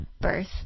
birth